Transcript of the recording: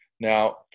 Now